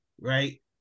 right